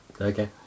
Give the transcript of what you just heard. okay